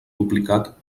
duplicat